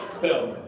film